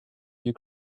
you